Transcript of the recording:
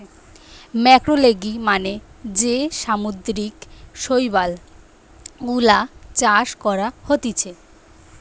ম্যাক্রোলেগি মানে যে সামুদ্রিক শৈবাল গুলা চাষ করা হতিছে